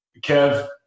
Kev